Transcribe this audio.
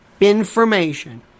information